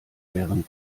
wären